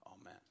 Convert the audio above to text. Amen